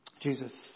Jesus